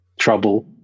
trouble